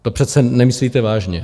To přece nemyslíte vážně.